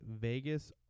Vegas